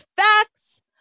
facts